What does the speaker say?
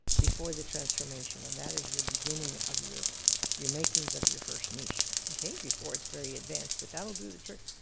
before the transformation and that is your beginning of your your makings of your first niche, okay? before it's very advanced, but that'll do the trick.